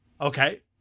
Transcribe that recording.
Okay